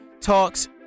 talks